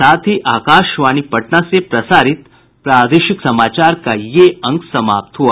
इसके साथ ही आकाशवाणी पटना से प्रसारित प्रादेशिक समाचार का ये अंक समाप्त हुआ